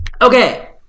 okay